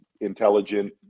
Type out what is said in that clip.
intelligent